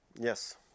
Yes